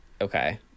Okay